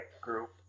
group